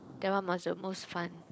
that one was the most fun